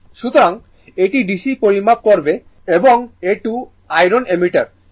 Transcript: সুতরাং এটি DC পরিমাপ করবে এবং A 2 মুভিং আয়রন অ্যামমিটার